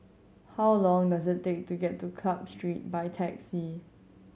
how long does it take to get to Club Street by taxi